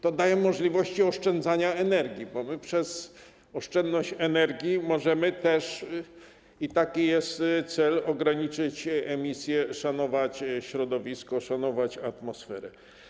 To daje możliwości oszczędzania energii, bo my przez oszczędność energii możemy też - i taki jest cel - ograniczyć emisję, szanować środowisko, szanować atmosferę.